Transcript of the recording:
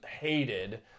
hated